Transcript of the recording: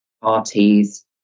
parties